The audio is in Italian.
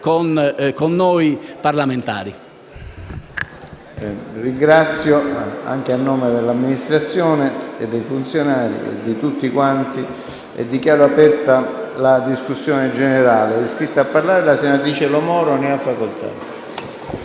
con noi parlamentari.